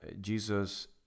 Jesus